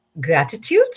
gratitude